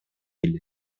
эле